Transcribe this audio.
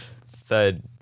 third